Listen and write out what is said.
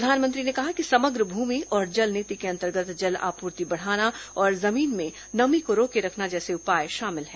प्रधानमंत्री ने कहा कि समग्र भूमि और जल नीति के अन्तर्गत जल आपूर्ति बढ़ाना और जमीन में नमी को रोके रखना जैसे उपाय शामिल हैं